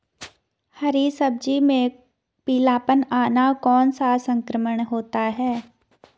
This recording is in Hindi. हरी सब्जी में पीलापन आना कौन सा संक्रमण होता है?